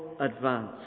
advance